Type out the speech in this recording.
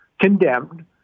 condemned